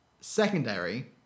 Secondary